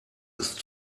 ist